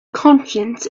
conscience